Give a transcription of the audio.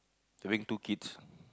having two kids